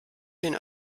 den